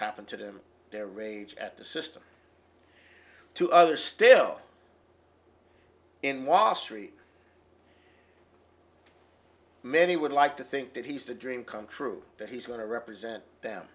happened to them their rage at the system to others still in wall street many would like to think that he's the dream come true that he's going to represent them